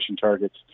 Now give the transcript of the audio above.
targets